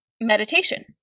meditation